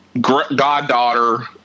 goddaughter